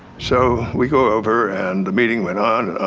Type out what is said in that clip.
so we go over and the meeting went on